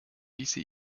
diese